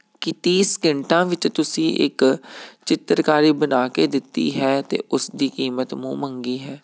ਕਿ ਤੀਹ ਸੈਕਿੰਟਾਂ ਵਿੱਚ ਤੁਸੀਂ ਇੱਕ ਚਿੱਤਰਕਾਰੀ ਬਣਾ ਕੇ ਦਿੱਤੀ ਹੈ ਅਤੇ ਉਸ ਦੀ ਕੀਮਤ ਮੂੰਹ ਮੰਗੀ ਹੈ